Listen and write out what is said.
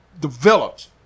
developed